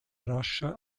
rascher